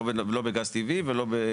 לא בגז טבעי ולא,